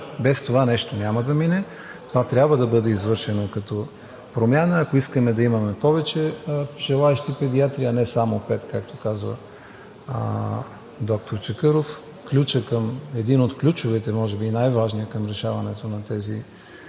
Без това нещо няма да мине. Това трябва да бъде извършено като промяна, ако искаме да имаме повече желаещи педиатри, а не само пет, както казва доктор Чакъров. Един от ключовете – може би най-важният към решаването на този